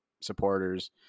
supporters